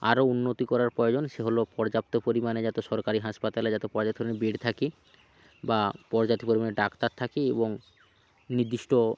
আরও উন্নতি করার প্রয়োজন সে হলো পর্যাপ্ত পরিমাণে যাতে সরকারি হাসপাতালে যাতে পর্যাপ্ত পরিমাণে বেড থাকে বা পর্যাপ্ত পরিমাণে ডাক্তার থাকে এবং নির্দিষ্ট